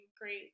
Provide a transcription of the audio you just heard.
great